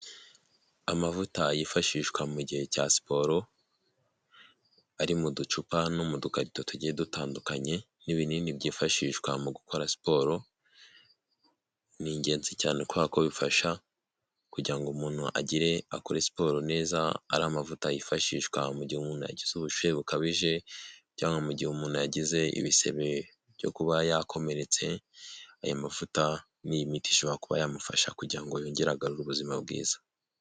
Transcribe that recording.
Amavuta yifashishwa mu gihe cya siporo ari mu ducupa no mu dukarito tugiye dutandukanye n'ibinini byifashishwa mu gukora siporo, ni ingenzi cyane kuberako bifasha kugirango ngo umuntu agire akore siporo neza ari amavuta yifashishwa mu gihe umuntu yagize ubushyuhe bukabije cyangwa mu gihe umuntu yagize ibisebe byo kuba yakomeretse aya mavuta n'iyi miti ishobora kuba yamufasha kugira ngo yongere agarure ubuzima bwiza.